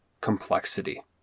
complexity